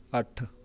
ਅੱਠ